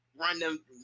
Random